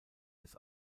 des